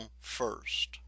first